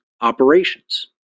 operations